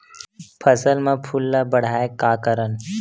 फसल म फूल ल बढ़ाय का करन?